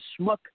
schmuck